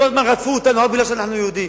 כל הזמן רדפו אותנו רק כי אנחנו יהודים,